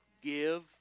give